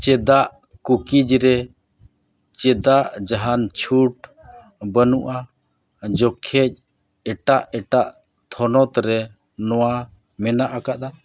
ᱪᱮᱫᱟᱜ ᱠᱩᱠᱤᱡᱽ ᱨᱮ ᱪᱮᱫᱟᱜ ᱡᱟᱦᱟᱱ ᱪᱷᱩᱴ ᱵᱟᱹᱱᱩᱜᱼᱟ ᱡᱚᱠᱷᱮᱡ ᱮᱴᱟᱜ ᱮᱴᱟᱜ ᱛᱷᱚᱱᱚᱛ ᱨᱮ ᱱᱚᱣᱟ ᱢᱮᱱᱟᱜ ᱟᱠᱟᱫᱟ